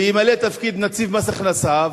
וימלא את תפקיד נציב מס הכנסה,